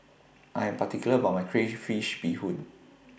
I Am particular about My Crayfish Beehoon